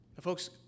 Folks